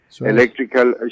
electrical